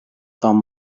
tam